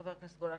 חבר הכנסת גולן.